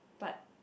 but